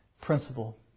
principle